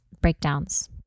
breakdowns